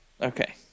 Okay